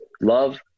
love